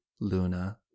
Luna